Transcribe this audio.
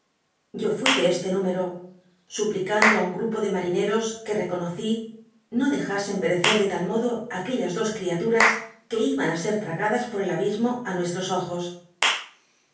yo fui de este número suplicando í un grupo de marineros que reconocí no dejasen perecer de tal modo aquellas dos c iatuias que iban ü ser tragadas poa el abismo i nuestros ojos